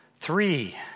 Three